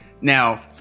Now